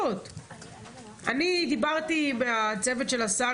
אני דיברתי עם הצוות של השר,